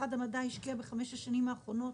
משרד המדע השקיע בחמש השנים האחרונות